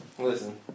Listen